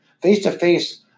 face-to-face